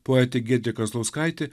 poetė giedrė kazlauskaitė